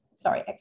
Sorry